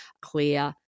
clear